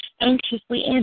anxiously